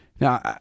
Now